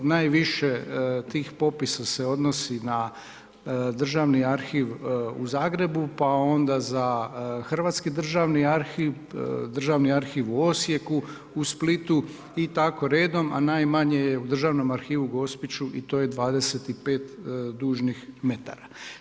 Najviše tih popisa se odnosi na državni arhiv u Zagrebu, pa onda za hrvatski državni arhiv, državni arhiv u Osijeku, u Splitu i tako redom, a najmanje je u državnom arhivu u Gospiću i to je 25 dužnih metara.